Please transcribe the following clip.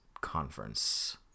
conference